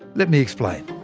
let me explain.